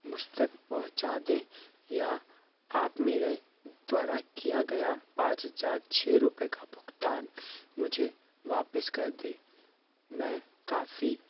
मुझ तक पहुँचा दें या आप मेरे द्वारा किया गया पाँच हजार छः रूपए का भुगतान मुझे वापस कर दें मैं काफ़ी